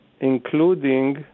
including